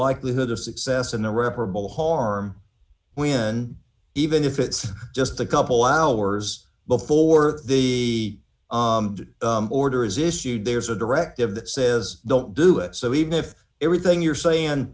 likelihood of success in the reparable harm when even if it's just a couple hours before the order is issued there's a directive that says don't do it so even if everything you're saying